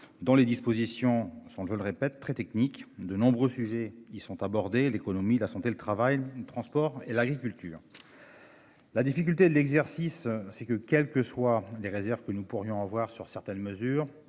dont les dispositions sont, je le répète très technique de nombreux sujets y sont abordés, l'économie, la santé, le travail, transports et l'agriculture. La difficulté de l'exercice, c'est que quelles que soient les réserves que nous pourrions avoir sur certaines mesures,